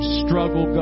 struggle